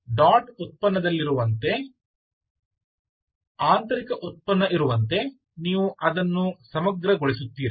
dot ಉತ್ಪನ್ನದಲ್ಲಿರುವಂತೆ ಆಂತರಿಕ ಉತ್ಪನ್ನ ಇರುವಂತೆ ನೀವು ಅದನ್ನು ಸಮಗ್ರಗೊಳಿಸುತ್ತೀರಿ